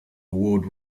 award